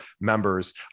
members